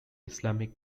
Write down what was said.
islamic